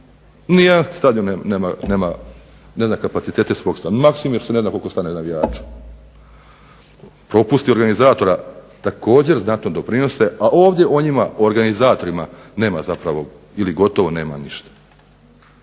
Nijedan stadion ne zna kapacitete svog stadiona. Maksimir ne zna koliko stane navijača, propusti organizatora također znatno doprinose, a ovdje o oragnizatorima nema gotovo ništa.